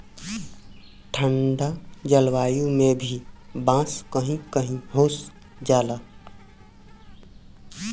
ठंडा जलवायु में भी बांस कही कही हो जाला